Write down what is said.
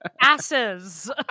asses